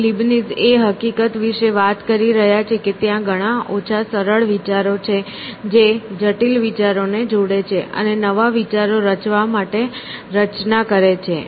અને લીબનીઝ એ હકીકત વિશે વાત કરી રહ્યા છે કે ત્યાં ઘણા ઓછા સરળ વિચારો છે જે જટિલ વિચારોને જોડે છે અને નવા વિચારો રચવા માટે રચના કરે છે